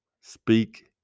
speak